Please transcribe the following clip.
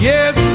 Yes